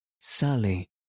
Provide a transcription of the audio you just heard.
Sally